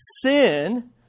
sin